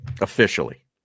officially